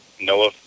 Noah